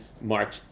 March